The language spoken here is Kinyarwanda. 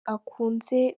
akunze